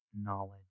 knowledge